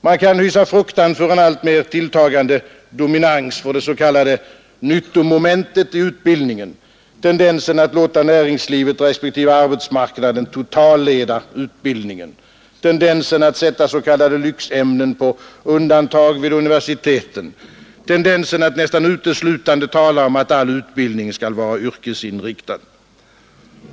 Man kan hysa fruktan för en alltmer tilltagande dominans för det s.k. nyttomomentet i utbildningen, tendensen att låta näringslivet respektive arbetsmarknaden totalleda utbildningen, tendensen att sätta s.k. lyxämnen på undantag vid universiteten, tendensen att nästan uteslutande tala om att all utbildning skall vara yrkesinriktad.